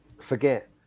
forget